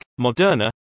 Moderna